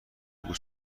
بگو